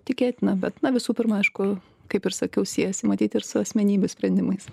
tikėtina bet na visų pirma aišku kaip ir sakiau siejasi matyt ir su asmenybių sprendimais